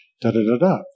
Da-da-da-da